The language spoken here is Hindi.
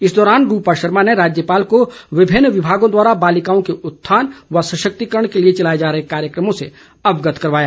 इस दौरान रूपा शर्मा ने राज्यपाल को विभिन्न विमागों द्वारा बालिकाओं के उत्थान व सशक्तिकरण के लिए चलाए जा रहे कार्यक्रमों से अवगत करवाया